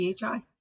PHI